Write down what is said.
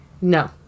No